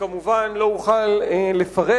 וכמובן לא אוכל לפרט,